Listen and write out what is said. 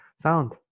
Sound